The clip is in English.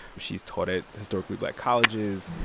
she's taught at historically black colleges.